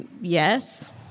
Yes